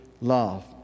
love